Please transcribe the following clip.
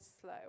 slow